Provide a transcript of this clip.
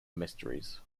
mysteries